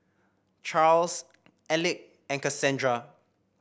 Charls Elick and Cassandra